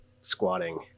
squatting